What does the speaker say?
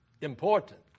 important